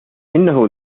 إنه